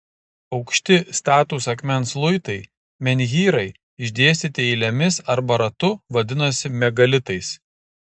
aukšti statūs akmens luitai menhyrai išdėstyti eilėmis arba ratu vadinosi megalitais